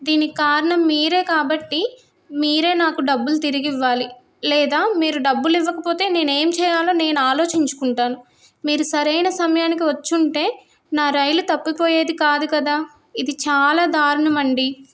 దీనికి కారణం మీరే కాబట్టి మీరే నాకు డబ్బులు తిరిగి ఇవ్వాలి లేదా మీరు డబ్బులు ఇవ్వకపోతే నేనే ఏం చేయాలో నేను ఆలోచించుకుంటాను మీరు సరైన సమయానికి వచ్చుంటే నా రైలు తప్పిపోయేది కాదు కదా ఇది చాలా దారుణమండి